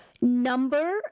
number